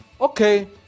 Okay